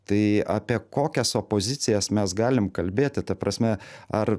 tai apie kokias opozicijas mes galim kalbėti ta prasme ar